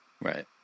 Right